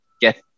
get